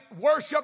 worship